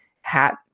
hat